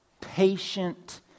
patient